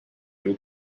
your